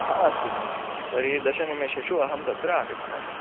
अस्तु तर्हि दशनिमेषेषु अहं तत्र आगच्छामि